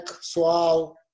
SOAL